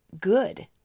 good